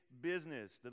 business